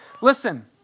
listen